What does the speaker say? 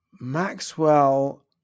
Maxwell